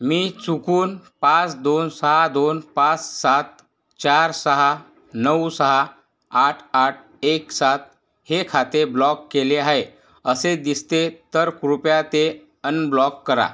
मी चुकून पाच दोन सहा दोन पास सात चार सहा नऊ सहा आठ आठ एक सात हे खाते ब्लॉक केले आहे असे दिसते तर कृपया ते अनब्लॉक करा